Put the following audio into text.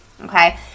okay